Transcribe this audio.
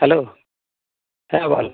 hello হ্যাঁ বল